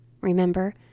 remember